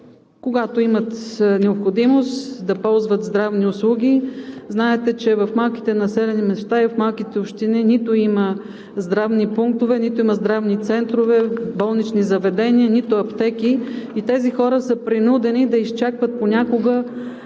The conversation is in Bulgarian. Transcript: когато имат необходимост, да ползват здравни услуги. Знаете, че в малките населени места, и в малките общини нито има здравни пунктове, нито има здравни центрове, болнични заведения, нито аптеки и тези хора са принудени да изчакват понякога